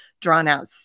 drawn-out